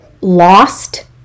Lost